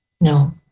no